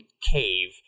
cave